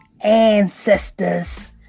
ancestors